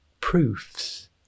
proofs